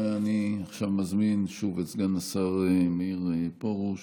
ואני עכשיו מזמין שוב את סגן השר מאיר פרוש